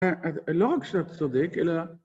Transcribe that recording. ‫לא רק שאת צודק, אלא...